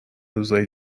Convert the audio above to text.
روزهای